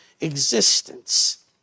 existence